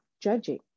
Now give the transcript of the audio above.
judging